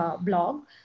blog